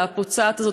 הפוצעת הזאת?